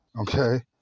Okay